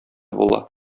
була